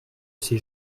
ses